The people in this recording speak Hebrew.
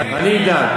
אני אדאג.